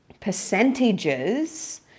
percentages